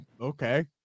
Okay